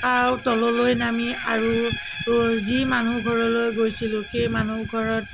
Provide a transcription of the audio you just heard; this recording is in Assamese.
আৰু তললৈ নামি আৰু যি মানুহ ঘৰলৈ গৈছিলোঁ সেই মানুহঘৰত